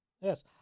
yes